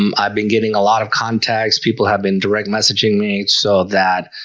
um i've been getting a lot of contacts people have been direct messaging me so that